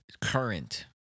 current